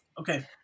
Okay